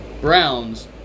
Browns